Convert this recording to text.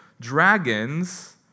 Dragons